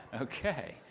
okay